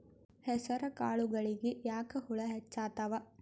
ಹೆಸರ ಕಾಳುಗಳಿಗಿ ಯಾಕ ಹುಳ ಹೆಚ್ಚಾತವ?